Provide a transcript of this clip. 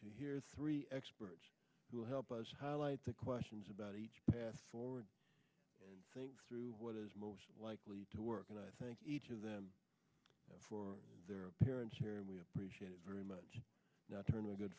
to hear three experts who will help us highlight the questions about each path forward and think through what is most likely to work and i thank each of them for their parents here and we appreciate it very much not turn a good